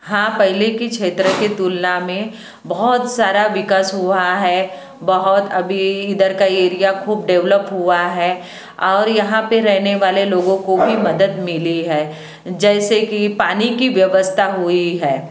हाँ पहले के क्षेत्र की तुलना में बहुत सारा विकास हुआ है बहुत अभी इधर का एरिया खूब डेवलप हुआ है और यहाँ पे रहने वाले लोगों को भी मदद मिली है जैसे की पानी की व्यवस्था हुई है